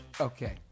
Okay